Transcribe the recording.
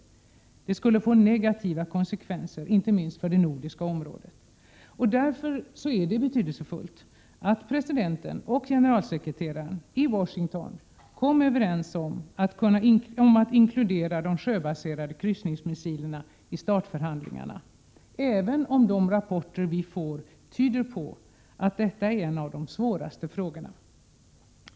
Detta skulle få negativa konsekvenser inte minst för det nordiska området. Därför är det betydelsefullt att presidenten och generalsekreteraren i Washington kom överens om att inkludera de sjöbaserade kryssningsmissilerna i START förhandlingarna, även om de rapporter vi får tyder på att detta är en av de svåraste frågorna.